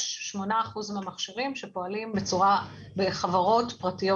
יש 8% מהמכשירים שפועלים בחברות פרטיות